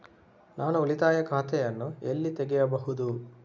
ನಾನು ಉಳಿತಾಯ ಖಾತೆಯನ್ನು ಎಲ್ಲಿ ತೆಗೆಯಬಹುದು?